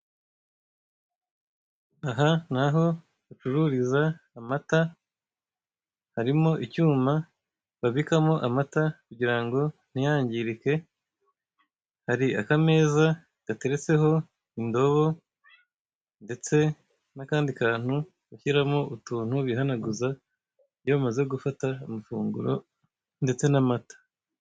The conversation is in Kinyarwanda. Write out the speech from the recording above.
Aha ni aho nshururisa amata, harimo icyuma babikamo amata kugira ngo ntiyangirike, hari n'akameza gateretseho indobo, ndetse n'akandi kantu nshyiramo utuntu bihanaguza iyo bamaze gufata amafunguro ndetse n'amata.